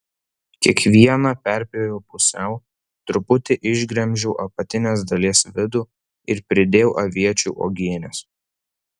kiekvieną perpjoviau pusiau truputį išgremžiau apatinės dalies vidų ir pridėjau aviečių uogienės